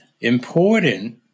important